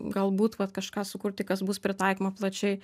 galbūt vat kažką sukurti kas bus pritaikoma plačiai